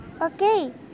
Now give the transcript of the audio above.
Okay